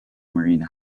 marine